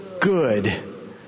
good